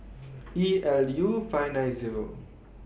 E L U five nine Zero